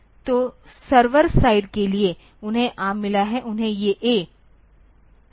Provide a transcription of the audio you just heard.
तो server side के लिए उन्हें ARM मिला है उन्हें ये A सीरीज मिली है